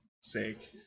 sake